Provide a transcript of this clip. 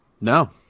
No